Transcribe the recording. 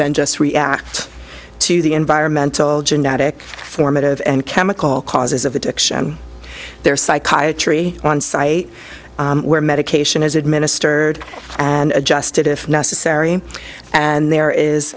than just react to the environmental genetic formative and chemical causes of addiction there is psychiatry on site where medication is administered and adjusted if necessary and there is